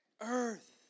Earth